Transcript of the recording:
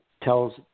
tells